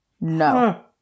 No